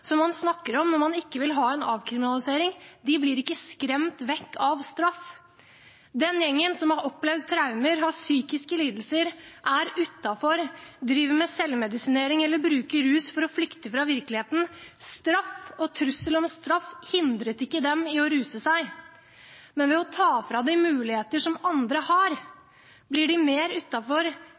som man snakker om når man ikke vil ha en avkriminalisering, blir ikke skremt vekk av straff. Den gjengen som har opplevd traumer, har psykiske lidelser, er utenfor, driver med selvmedisinering eller bruker rus for å flykte fra virkeligheten, hindres ikke av straff og trussel om straff når det gjelder å ruse seg. Men ved å ta fra dem muligheter som andre har, blir de mer